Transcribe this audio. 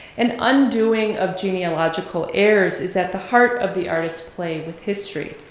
an undoing of genealogical airs is at the heart of the artist's play with history.